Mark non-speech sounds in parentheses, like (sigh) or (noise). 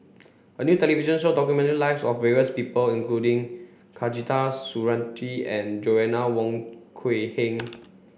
a new television show documented lives of various people including (unintelligible) Surattee and Joanna Wong Quee Heng